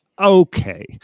okay